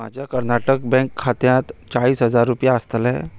म्हज्या कर्नाटक बँक खात्यांत चाळीस हजार रुपया आसतले